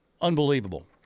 unbelievable